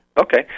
Okay